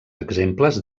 exemples